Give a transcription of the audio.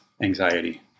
anxiety